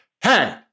hey